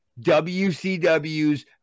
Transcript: WCW's